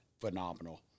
phenomenal